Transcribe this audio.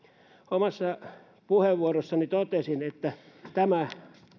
omassa puheenvuorossani totesin että tämä